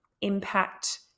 impact